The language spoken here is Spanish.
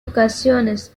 ocasiones